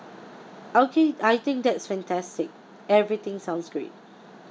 okay I think that's fantastic everything sounds great